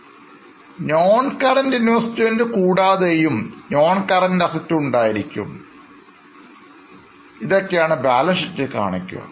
NonCurrent Investment കൂടാതെയും NonCurrent Assets ഉണ്ടായിരിക്കും ഇതൊക്കെയാണ് ബാലൻ ഷീറ്റിൽകാണിക്കുക